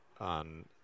on